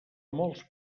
molts